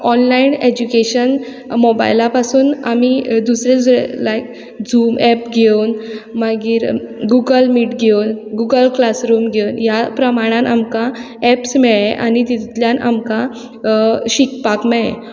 online education मोबायला पासून आमी दुसरे दुसरे लायक झूम एप घेवन मागीर गुगल मीट घेवन गुगल क्लासरूम घेवन ह्या प्रमाणान आमकां एप्स मेळ्ळे आनी तितुंतल्यान आमकां शिकपाक मेळ्ळें